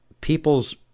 people's